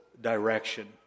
direction